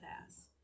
pass